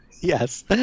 Yes